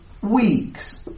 weeks